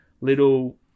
little